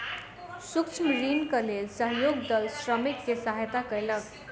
सूक्ष्म ऋणक लेल सहयोग दल श्रमिक के सहयता कयलक